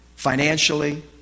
Financially